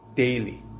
daily